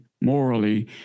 morally